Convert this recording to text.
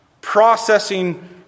processing